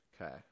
Okay